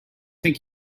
think